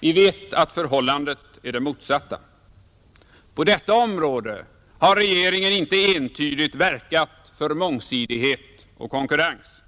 Vi vet att förhållandet är det motsatta. På detta område har regeringen inte entydigt verkat för mångsidighet och konkurrens.